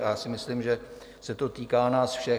A já si myslím, že se to týká nás všech.